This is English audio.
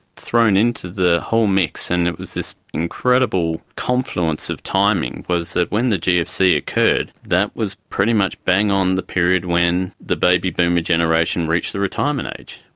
thrown into the whole mix, and it was this incredible confluence of timing, was that when the gfc occurred, that was pretty much bang-on the period when the baby boomer generation reached the retirement age.